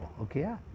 okay